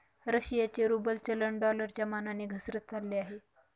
रशियाचे रूबल चलन डॉलरच्या मानाने घसरत चालले आहे